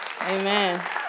Amen